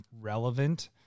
relevant